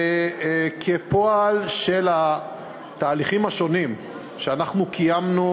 וכפועל של התהליכים השונים שאנחנו קיימנו